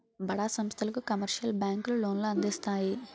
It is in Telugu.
బడా సంస్థలకు కమర్షియల్ బ్యాంకులు లోన్లు అందిస్తాయి